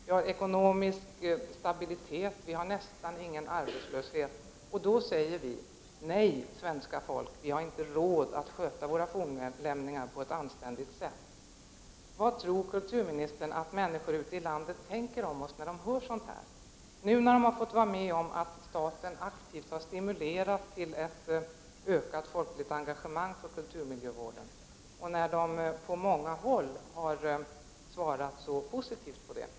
Vi har ekonomisk stabilitet och nästan ingen arbetslöshet. I det läget säger vi: Nej, svenska folk, vi har inte råd att sköta våra fornlämningar på ett anständigt sätt. Vad tror kulturministern att människorna ute i landet tänker om oss när de får höra sådant här? Staten har aktivt stimulerat ett ökat folkligt engagemang för kulturmiljövården, och på många håll har man svarat positivt på det.